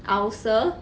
ulcer